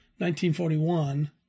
1941